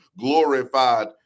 glorified